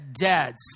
dads